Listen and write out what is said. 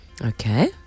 Okay